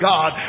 God